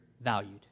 valued